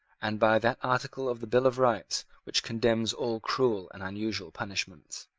and by that article of the bill of rights which condemns all cruel and unusual punishments.